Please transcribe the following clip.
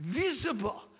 visible